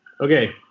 Okay